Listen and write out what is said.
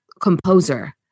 composer